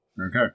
Okay